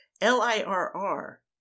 L-I-R-R